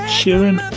Sheeran